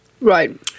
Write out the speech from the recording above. Right